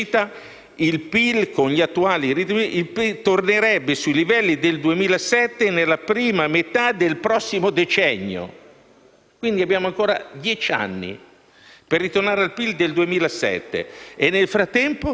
Quindi abbiamo ancora dieci anni per tornare al PIL del 2007 e nel frattempo che fine faranno i nostri giovani già costretti a sobbarcarsi dell'onere maggiore della crisi e quei poveri che continuano